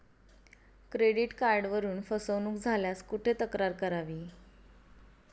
Credit कार्डवरून फसवणूक झाल्यास कुठे तक्रार करावी?